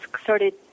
started